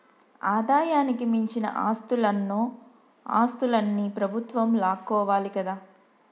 ఆదాయానికి మించిన ఆస్తులన్నో ఆస్తులన్ని ప్రభుత్వం లాక్కోవాలి కదా